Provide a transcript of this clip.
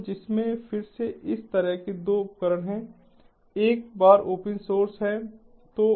तो जिसमें फिर से इस तरह के 2 उपकरण हैं एक बार ओपन स्रोत है